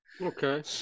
Okay